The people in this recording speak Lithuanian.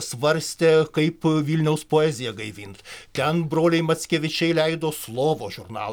svarstė kaip vilniaus poeziją gaivint ten broliai mackevičiai leido slovos žurnal